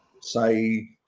say